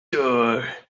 door